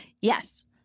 Yes